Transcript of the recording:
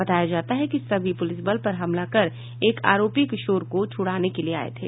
बताया जाता है कि सभी प्रलिस बल पर हमलाकर एक आरोपी किशोर को छुड़ाने के लिए आये थे